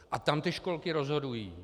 A tam ty školky rozhodují.